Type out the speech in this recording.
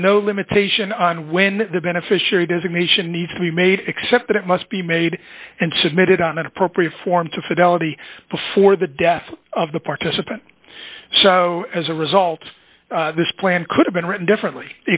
is no limitation on when the beneficiary designation needs to be made except that it must be made and submitted on an appropriate form to fidelity before the death of the participant so as a result this plan could have been written differently